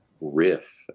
riff